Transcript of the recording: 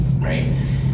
Right